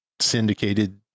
syndicated